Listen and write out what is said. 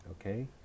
okay